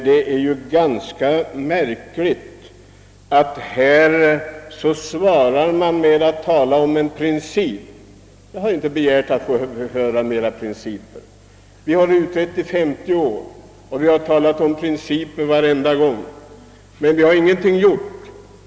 Det är ganska märkligt att statsrådet svarar med att hänvisa till en princip. Jag har inte begärt att få höra något mera om principer. Vi har utrett dessa frågor i 50 år och vi har varje gång talat om principer, men ingenting har gjorts.